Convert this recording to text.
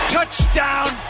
Touchdown